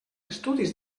estudis